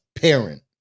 parent